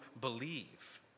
believe